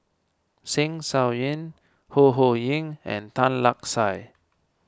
Zeng Shouyin Ho Ho Ying and Tan Lark Sye